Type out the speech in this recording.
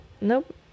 nope